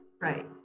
Right